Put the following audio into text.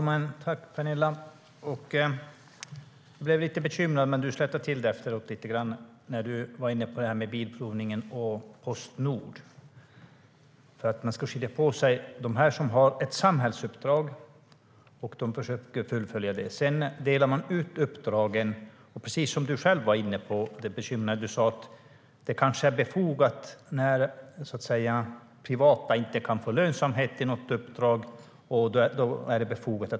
Herr talman! Jag vill tacka Penilla Gunther.Det finns de som har ett samhällsuppdrag som de försöker fullfölja. Sedan delar man ut uppdragen, och som du själv sa kanske det är befogat att staten går in när privata inte kan få lönsamhet i något uppdrag.